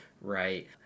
right